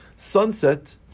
Sunset